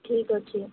ଠିକ ଅଛି